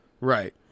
Right